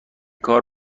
کار